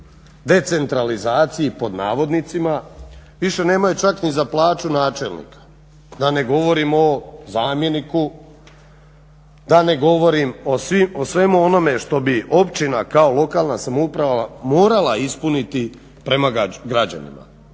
"decentralizaciji" više nemaju čak ni za plaću načelnika, da ne govorim o zamjeniku, da ne govorim o svemu onome što bi općina kao lokalna samouprava morala ispuniti prema građanima.